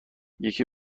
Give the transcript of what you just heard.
یکی